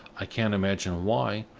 i can't imagine why,